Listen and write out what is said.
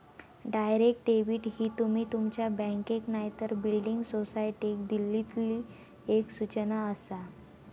direct debit ही तुमी तुमच्या बँकेक नायतर बिल्डिंग सोसायटीक दिल्लली एक सूचना आसा